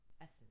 essence